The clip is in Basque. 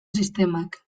sistemak